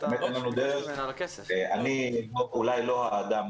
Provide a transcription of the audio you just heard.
אני אולי לא האדם